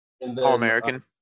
All-American